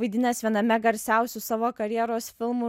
vaidinęs viename garsiausių savo karjeros filmų